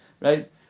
right